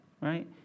right